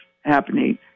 happening